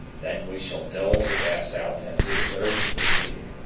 then we shall dole the gas out as it is urgently needed.